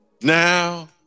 Now